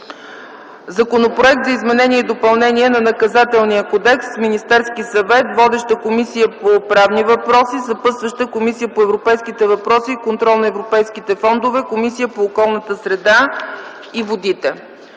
Законопроект за изменение и допълнение на Наказателния кодекс. Вносител: Министерски съвет. Водеща е Комисията по правни въпроси. Съпътстващи: Комисията по европейските въпроси и контрол на европейските фондове и Комисията по околната среда и водите.